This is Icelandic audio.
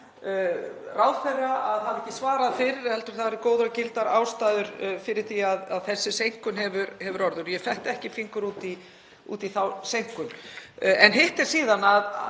fyrir að hafa ekki svarað fyrr heldur eru góðar og gildar ástæður fyrir því að þessi seinkun hefur orðið og ég fetti ekki fingur út í þá seinkun. Hitt er síðan að